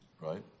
Right